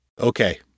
Okay